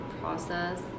process